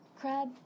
Crab